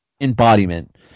embodiment